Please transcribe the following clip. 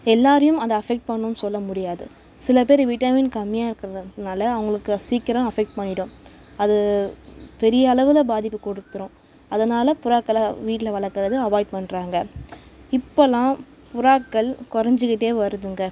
எல்லோரையும் அது அஃபெக்ட் பண்ணும்னு சொல்லமுடியாது சில பேர் விட்டமின் கம்மியாக இருக்கிறதுனால அவங்களுக்கு சீக்கிரம் அஃபெக்ட் பண்ணிவிடும் அது பெரிய அளவில் பாதிப்பு கொடுத்துரும் அதனாலே புறாக்களை வீட்டில் வளர்க்குறத அவாய்ட் பண்ணுறாங்க இப்போல்லாம் புறாக்கள் கொறைஞ்சிக்கிட்டே வருதுங்க